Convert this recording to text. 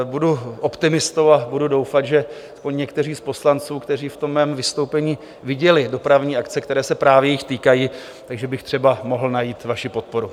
Budu optimistou a budu doufat, že aspoň někteří z poslanců, kteří v mém vystoupení viděli dopravní akce, které se právě jich týkají, tak že bych třeba mohl najít vaši podporu.